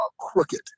crooked